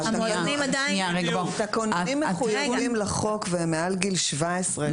המועדונים עדיין --- התקנונים מחויבים לחוק ומעל גיל 17,